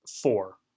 four